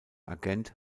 agent